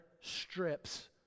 strips